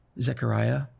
Zechariah